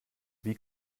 wie